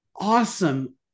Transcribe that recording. awesome